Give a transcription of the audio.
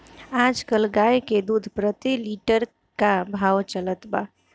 आज कल गाय के दूध प्रति लीटर का भाव चलत बा?